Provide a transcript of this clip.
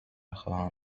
خواهم